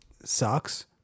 sucks